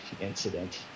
incident